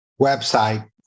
website